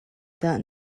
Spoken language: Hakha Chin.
dah